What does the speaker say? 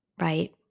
Right